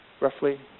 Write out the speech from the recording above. roughly